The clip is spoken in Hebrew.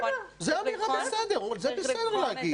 בסדר.